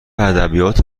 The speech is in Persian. ادبیات